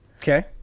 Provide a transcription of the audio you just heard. okay